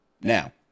Now